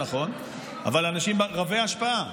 אבל כן אנשים רבי השפעה,